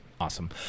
awesome